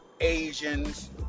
Asians